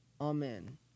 Amen